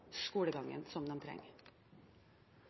skolegangen som de trenger?